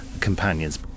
companions